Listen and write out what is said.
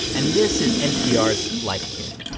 and this is npr's life kit